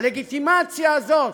הלגיטימציה הזאת,